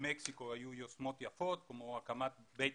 במקסיקו היו יוזמות יפות כמו הקמת בית